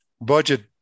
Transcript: budget